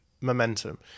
momentum